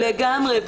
לגמרי.